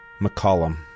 McCollum